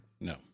No